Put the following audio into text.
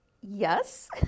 Yes